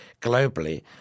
globally